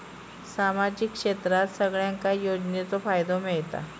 सामाजिक क्षेत्रात सगल्यांका योजनाचो फायदो मेलता?